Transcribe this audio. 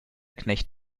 knecht